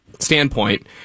standpoint